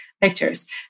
pictures